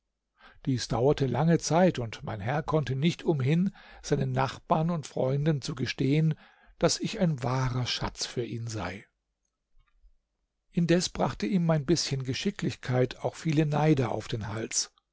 dies dauerte lange zeit und mein herr konnte nicht umhin seinen nachbarn und freunden zu gestehen daß ich ein wahrer schatz für ihn sei indes brachte ihm mein bißchen geschicklichkeit auch viele neider auf den hals